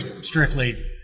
strictly